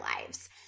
lives